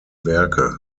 werke